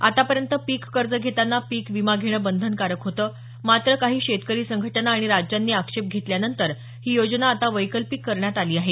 आतापर्यंत पीक कर्ज घेताना पीक वीमा घेणं बंधनकारक होतं मात्र काही शेतकरी संघटना आणि राज्यांनी आक्षेप घेतल्यानंतर ही योजना आता वैकल्पिक करण्यात आली आहे